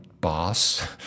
boss